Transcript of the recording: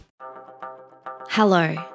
hello